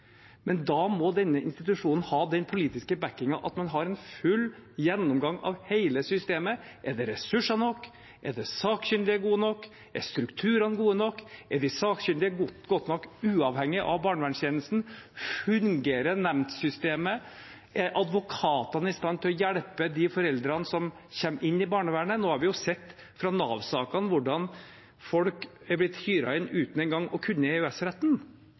Men da må denne institusjonen ha den politiske bakkingen ved at man har en full gjennomgang av hele systemet: Er det ressurser nok? Er de sakkyndige gode nok? Er strukturene gode nok? Er de sakkyndige i stor nok grad uavhengige av barnevernstjenesten? Fungerer nemndsystemet? Er advokatene i stand til å hjelpe de foreldrene som kommer inn i barnevernet? Nå har vi sett fra Nav-sakene hvordan folk er blitt hyret inn uten engang å kunne